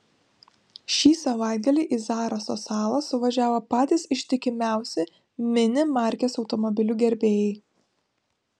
šį savaitgalį į zaraso salą suvažiavo patys ištikimiausi mini markės automobilių gerbėjai